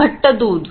घट्ट दूध